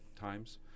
times